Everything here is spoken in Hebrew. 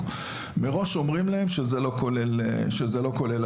אומרים להם מראש שזה לא כולל הסעות.